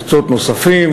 ומקצועות נוספים,